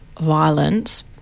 violence